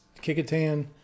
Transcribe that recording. Kickatan